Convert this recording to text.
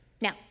Now